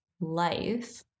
life